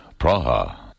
Praha